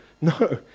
no